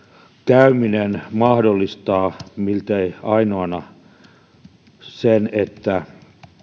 käyminen mahdollistaa miltei ainoana sen että